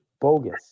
bogus